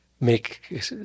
make